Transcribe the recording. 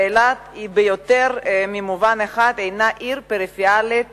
אילת, ביותר ממובן אחד, היא העיר הפריפריאלית